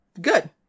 Good